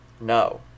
no